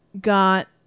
got